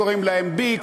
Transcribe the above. קוראים להם B,